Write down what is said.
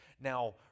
now